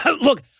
Look